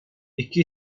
iki